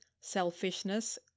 selfishness